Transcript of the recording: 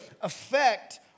affect